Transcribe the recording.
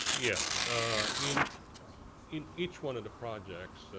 yeah ah in in each one of the projects,